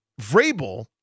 Vrabel